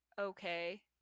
okay